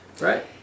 right